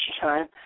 time